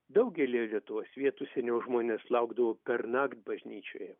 daugelyje lietuvos vietų seniau žmonės laukdavo pernakt bažnyčioje